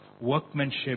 workmanship